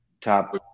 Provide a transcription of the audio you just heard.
top